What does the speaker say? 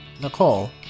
Nicole